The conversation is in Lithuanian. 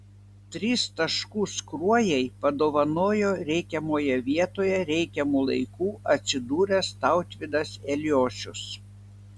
tris taškus kruojai padovanojo reikiamoje vietoje reikiamu laiku atsidūręs tautvydas eliošius